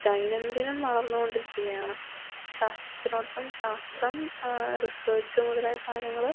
ദൈനംദിനം വളർന്നുകൊണ്ടിരിക്കയാണ് ശാസ്ത്രത്തിനോടൊപ്പം ശാസ്ത്രം റിസർച്ച് മുതലായ സാധനങ്ങള്